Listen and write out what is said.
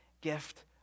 gift